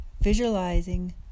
visualizing